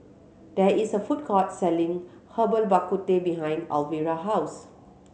there is a food court selling Herbal Bak Ku Teh behind Alvira house